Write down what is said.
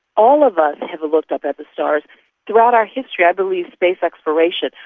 all of us have looked up at the stars throughout our history. i believe space exploration,